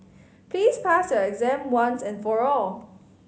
please pass your exam once and for all